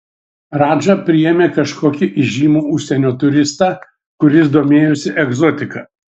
radža priėmė kažkokį įžymų užsienio turistą kuris domėjosi egzotika